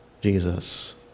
Jesus